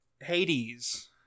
Hades